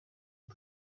ari